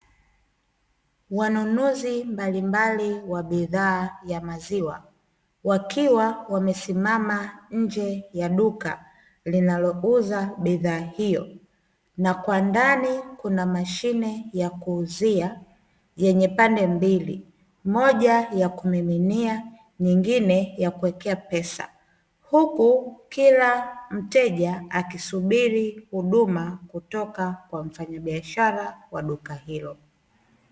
Wanunuzi mbalimbali wa bidhaa ya maziwa wakiwa wamesimama nje ya duka linalouza bidhaa hio. Na kwa ndani kuna mashine ya kuuzia yenye pande mbili, moja ya kumiminia nyingine ya kuwekea pesa. Huku kila mteja akisubiri huduma kutoka kwa mfanyabiashara wa duka hilo.